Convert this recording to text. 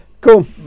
Cool